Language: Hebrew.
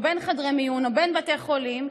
בין חדרי מיון או בין בתי חולים,